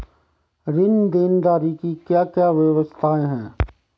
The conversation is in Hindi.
ऋण देनदारी की क्या क्या व्यवस्थाएँ हैं?